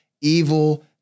evil